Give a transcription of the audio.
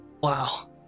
wow